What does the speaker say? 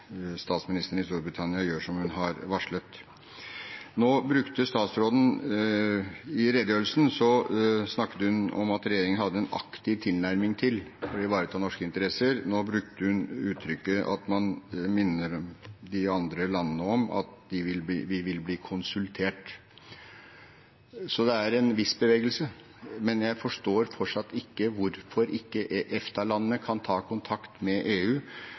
statsministeren i Storbritannia gjør som hun har varslet. I redegjørelsen snakket statsråden om at regjeringen har en aktiv tilnærming til å ivareta norske interesser. Nå uttrykte hun at man minner de andre landene om at vi vil bli konsultert, så det er en viss bevegelse. Men jeg forstår fortsatt ikke hvorfor EFTA-landene ikke kan ta kontakt med EU